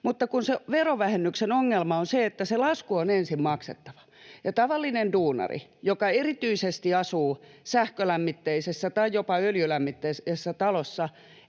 mutta sen verovähennyksen ongelmana on, että lasku on ensin maksettava. Ja tavallinen duunari, joka erityisesti asuu sähkölämmitteisessä tai jopa öljylämmitteisessä talossa,